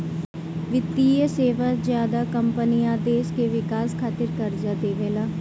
वित्तीय सेवा ज्यादा कम्पनी आ देश के विकास खातिर कर्जा देवेला